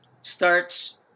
starts